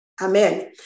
Amen